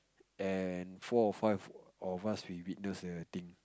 and four or five of us we witness the thing